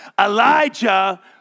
Elijah